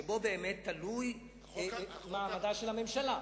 שבו באמת תלוי מעמדה של הממשלה,